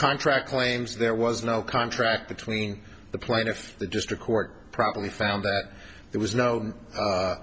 contract claims there was no contract between the plaintiff the district court probably found that there was no